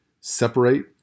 separate